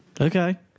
Okay